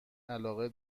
علاقه